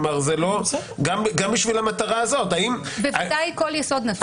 כל יסוד נפשי,